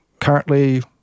currently